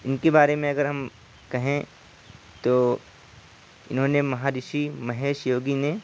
ان کی بارے میں اگر ہم کہیں تو انہوں نے مہارشی مہیش یوگی نے